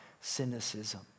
cynicism